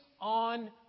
on